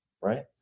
right